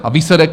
A výsledek?